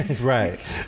Right